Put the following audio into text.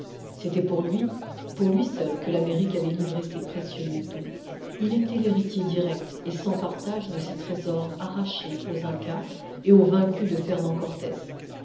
c'était pour lui pour lui seul que l'amérique avait livré ses précieux métaux il était l'héritier direct et sans partage de ces trésors arrachés aux incas et aux vaincus de fernand cortez